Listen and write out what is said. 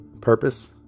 purpose